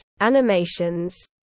animations